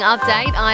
Update